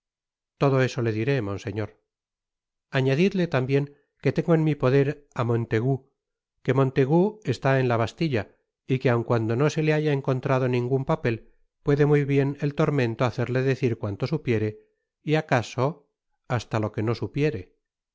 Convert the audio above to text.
todo eso le diré monseñor añadidle tambien que tengo en mi poder á montaigu que montaigu está en la bastilla y que aun cuando no se le haya encontrado ningun papel puede muy bien el tormento hacerle decir cuanto supiere y acaso hasta lo que no supiere